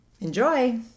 Enjoy